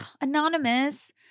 anonymous